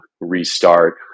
restart